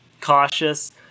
cautious